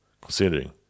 considering